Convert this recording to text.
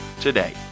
today